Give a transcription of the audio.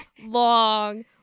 long